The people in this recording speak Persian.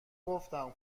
گفتم